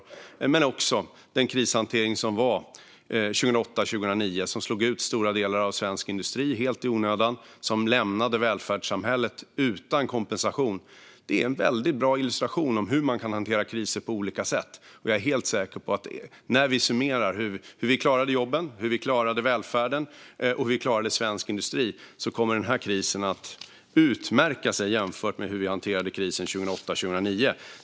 Det ledde också till krishanteringen 2008 och 2009, som slog ut stora delar av svensk industri helt i onödan och lämnade välfärdssamhället utan kompensation. Det är en väldigt bra illustration av hur man kan hantera kriser på olika sätt. Jag är helt säker på att när vi summerar hur vi klarade jobben, hur vi klarade välfärden och hur vi klarade svensk industri, så kommer den här krisen att utmärka sig vid en jämförelse av hur vi hanterade krisen 2008 och 2009.